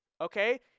Okay